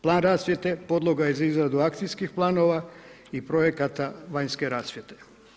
Plan rasvjete, podloga je za izradu akcijskih planova i projekata vanjske rasvjete.